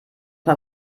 mal